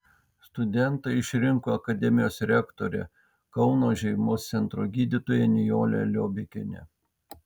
studentai išrinko akademijos rektorę kauno šeimos centro gydytoją nijolę liobikienę